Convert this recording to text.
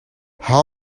how